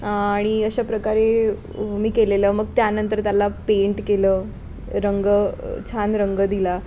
आणि अशा प्रकारे मी केलेलं मग त्यानंतर त्याला पेंट केलं रंग छान रंग दिला